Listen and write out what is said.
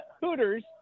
Hooters